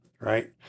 right